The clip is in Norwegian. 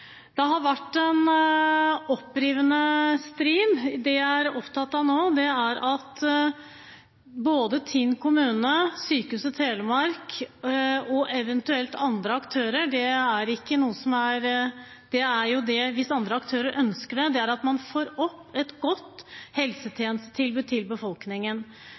Det har vært en opprivende strid. Det jeg er opptatt av nå, er at Tinn kommune, Sykehuset Telemark og eventuelt andre aktører, hvis andre aktører ønsker det, får opp et godt helsetjenestetilbud til befolkningen. Det vi vet, er at det blir utrolig mange med kroniske sykdommer, enten det er kols, diabetes eller hjerteproblemer, som kommer til